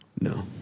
No